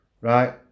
Right